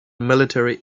military